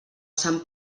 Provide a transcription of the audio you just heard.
sant